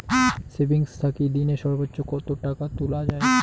Savings থাকি দিনে সর্বোচ্চ টাকা কি তুলা য়ায়?